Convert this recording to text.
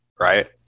right